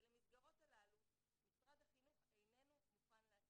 ולמסגרות הללו משרד החינוך איננו מוכן להסיע.